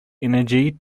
energy